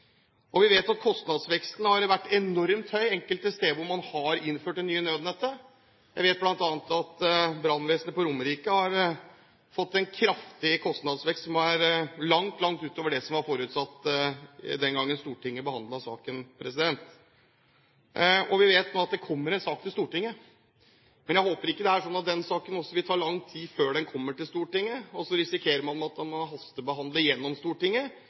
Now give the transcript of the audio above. og vi vet at det kan ligge utfordringer framover. Vi vet at kostnadsveksten har vært enormt høy enkelte steder hvor man har innført det nye nødnettet. Jeg vet at bl.a. brannvesenet på Romerike har fått en kraftig kostnadsvekst, som er langt større enn det som var forutsatt den gang Stortinget behandlet saken. Vi vet nå at det kommer en sak til Stortinget. Jeg håper at det ikke er slik at det vil ta lang tid før den saken kommer til Stortinget, slik at man risikerer en hastebehandling i Stortinget,